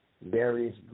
various